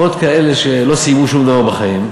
ועוד כאלה שלא סיימו שום דבר בחיים,